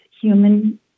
human